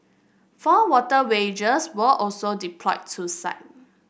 four water wagons were also deployed to site